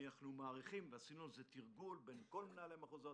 אנחנו מעריכים ועשינו על זה תרגול בין כל מנהלי המחוזות,